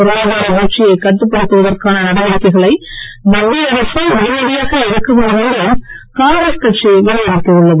பொருளாதார வீழ்ச்சியைக் கட்டுப்படுத்துவதற்கான நடவடிக்கைகளை மத்திய அரசு உடனடியாக எடுக்க வேண்டும் என்று காங்கிரஸ் கட்சி வலியுறுத்தி உள்ளது